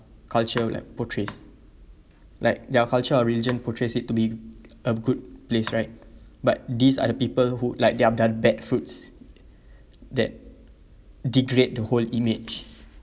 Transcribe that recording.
cultural like portrays like their culture or region portrays it to be a good place right but these are the people who like they're the bad fruits that degrade the whole image